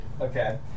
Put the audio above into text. Okay